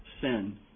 sin